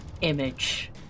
image